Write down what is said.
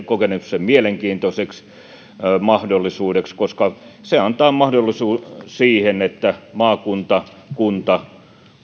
kokeneet sen mielenkiintoiseksi mahdollisuudeksi koska se antaa mahdollisuuden siihen että maakunta kunta